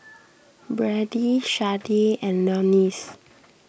Brady Sharday and Leonce